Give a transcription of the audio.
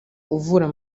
uvura